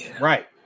Right